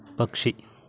పక్షి